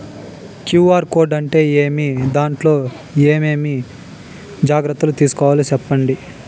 QR code అంటే ఏమి? దాంట్లో ఏ ఏమేమి జాగ్రత్తలు తీసుకోవాలో సెప్పండి?